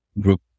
group